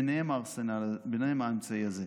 ביניהם האמצעי הזה.